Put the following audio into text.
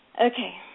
Okay